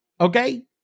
okay